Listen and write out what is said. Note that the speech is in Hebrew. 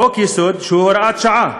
חוק-יסוד שהוא הוראת שעה,